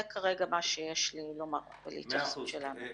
זה כרגע מה שיש לי לומר וההתייחסות שלנו.